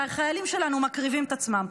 כשהחיילים שלנו מקריבים את עצמם.